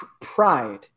pride